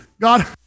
God